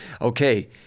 okay